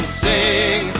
sing